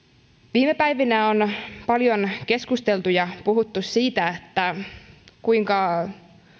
viime päivinä on paljon keskusteltu ja puhuttu siitä kuinka